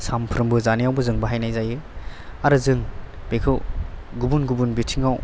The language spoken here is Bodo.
सानफ्रोमबो जानायावबो जों बाहायनाय जायो आरो जों बेखौ गुबुन गुबुन बिथिङाव